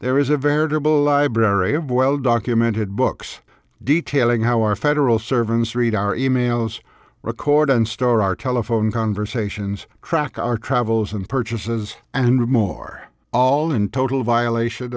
there is a veritable library of well documented books detailing how our federal servants read our emails record and store our telephone conversations track our travels and purchases and more all in total violation